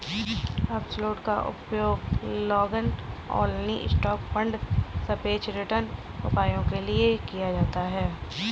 absolute का उपयोग long only stock fund सापेक्ष रिटर्न उपायों के लिए किया जाता है